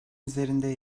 üzerinde